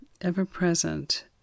ever-present